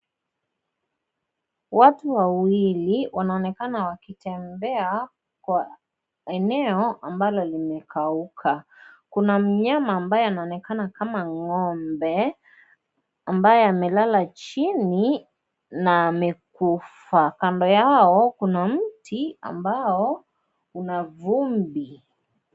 Watu wawili wanaonekana wakitembea kwa eneo ambalo limekauka. Kuna mnyama ambaye anaonekana kama ng'ombe ambaye amelala chini na amekufa. Kando yao kuna mti ambao una vumbi.